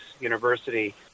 University